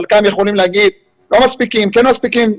חלקם יכולים לומר שלא מספיקים או כן מספיקים,